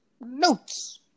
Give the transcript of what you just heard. notes